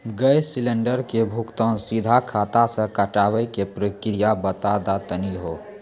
Gas cylinder के भुगतान सीधा खाता से कटावे के प्रक्रिया बता दा तनी हो?